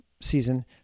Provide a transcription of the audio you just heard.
season